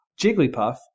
Jigglypuff